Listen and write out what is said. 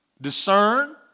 discern